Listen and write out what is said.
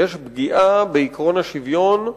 יש פגיעה בעקרון השוויון,